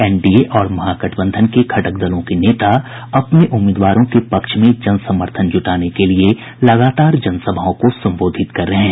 NDA और महागठबंधन के घटक दलों के नेता अपने उम्मीदवारों के पक्ष में जनसमर्थन जुटाने के लिए लगातार जनसभाओं को संबोधित कर रहे हैं